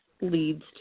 leads